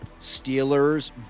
Steelers